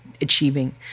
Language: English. achieving